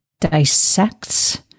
dissects